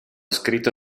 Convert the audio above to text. scritto